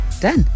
Done